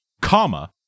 comma